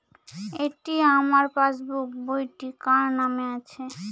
এটি আমার পাসবুক বইটি কার নামে আছে?